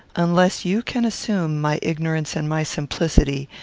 unless you can assume my ignorance and my simplicity,